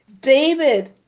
David